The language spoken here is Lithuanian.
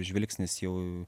žvilgsnis jau